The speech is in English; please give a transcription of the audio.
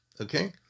okay